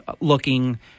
looking